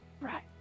right